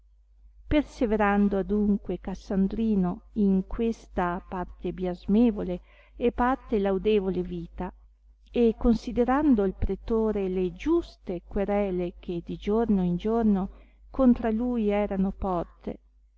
perseverando adunque cassandrino in questa parte biasmevole e parte laudevole vita e considerando il pretore le giuste querele che di giorno in giorno contra lui erano porte